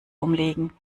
umlegen